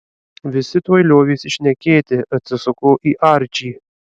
visi tuoj liovėsi šnekėti atsisuko į arčį